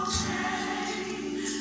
change